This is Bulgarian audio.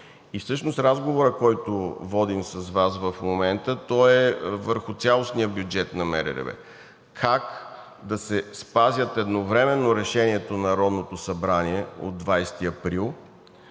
г. Всъщност разговорът, който водим с Вас в момента, е върху цялостния бюджет на МРРБ, как да се спазят едновременно Решението на Народното събрание от 20 април